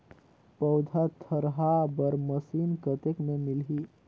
पौधा थरहा बर मशीन कतेक मे मिलही?